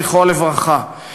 זכרו לברכה,